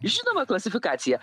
žinoma klasifikaciją